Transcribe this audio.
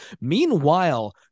meanwhile